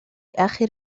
آخر